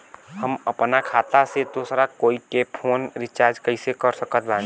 हम अपना खाता से दोसरा कोई के फोन रीचार्ज कइसे कर सकत बानी?